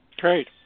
Great